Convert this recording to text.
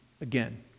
again